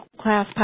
class